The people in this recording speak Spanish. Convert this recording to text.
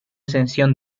ascensión